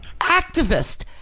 Activist